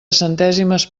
centèsimes